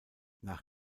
nach